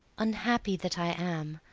unhappy that i am,